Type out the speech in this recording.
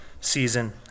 season